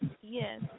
Yes